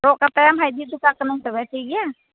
ᱨᱚᱜ ᱠᱟᱛᱟᱭᱟᱢ ᱦᱟᱸᱜ ᱤᱫᱤ ᱦᱚᱴᱚ ᱠᱟᱜ ᱠᱟᱹᱱᱟᱹᱧ ᱛᱚᱵᱮ ᱴᱷᱤᱠ ᱜᱮᱭᱟ